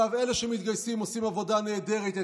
אלה שמתגייסים עושים עבודה נהדרת.